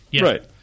Right